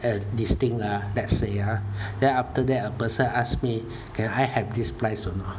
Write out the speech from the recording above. at this thing ah let's say ah then after that a person ask me can I have this price or not